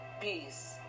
peace